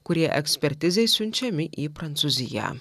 kurie ekspertizei siunčiami į prancūziją